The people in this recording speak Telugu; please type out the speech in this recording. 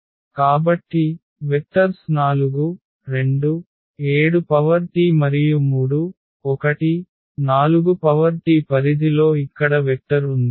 కాబట్టి వెక్టర్స్ 427Tమరియు 314T పరిధిలో ఇక్కడ వెక్టర్ ఉంది